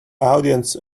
audience